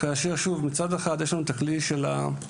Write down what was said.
כאשר שוב מצד אחד יש לנו את הכלי של התמיכות,